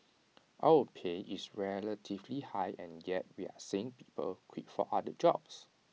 our pay is relatively high and yet we're seeing people quit for other jobs